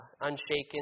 Unshaken